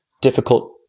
difficult